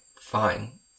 fine